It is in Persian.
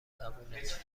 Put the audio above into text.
زبونت